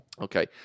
Okay